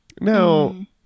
Now